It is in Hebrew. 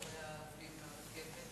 האם לפני החגים